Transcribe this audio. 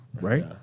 right